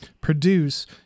produce